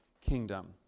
kingdom